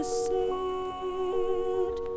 sit